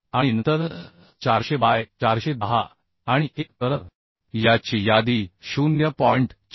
आणि नंतर 400 बाय 410 आणि 1 तर याची यादी 0